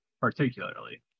particularly